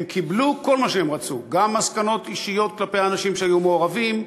הם קיבלו כל מה שהם רצו: גם מסקנות אישיות כלפי האנשים שהיו מעורבים,